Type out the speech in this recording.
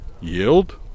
yield